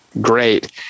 great